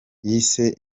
yise